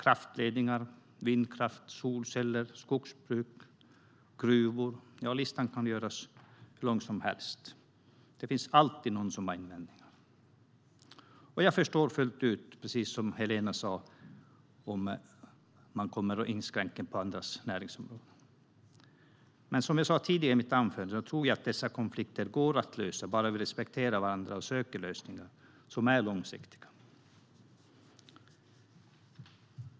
Kraftledningar, vindkraft, solceller, skogsbruk, gruvor - listan kan göras hur lång som helst när det gäller detta. Det finns alltid någon som har invändningar. Jag förstår fullt ut, precis som Helena Lindahl sa, hur det är när man kommer och inskränker på andras näringsområden. Men som jag sa tidigare tror jag att dessa konflikter går att lösa om vi bara respekterar varandra och söker lösningar som är långsiktiga.